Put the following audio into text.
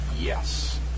Yes